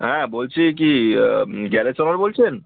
হ্যাঁ বলছি কি গ্যারেজ শপার বলছেন